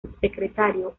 subsecretario